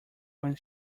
when